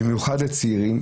במיוחד לצעירים,